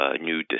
new